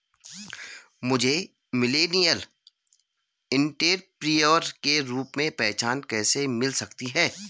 मुझे millennial entrepreneur के रूप में पहचान कैसे मिल सकती है?